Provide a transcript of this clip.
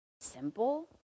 simple